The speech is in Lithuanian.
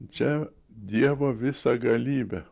čia dievo visagalybė